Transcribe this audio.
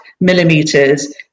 millimeters